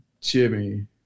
Jimmy